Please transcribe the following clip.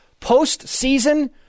Postseason